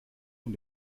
und